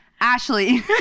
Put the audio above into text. Ashley